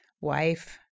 wife